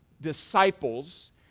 disciples